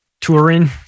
touring